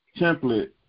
template